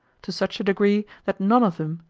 to such a degree that none of them,